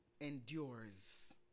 endures